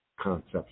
concepts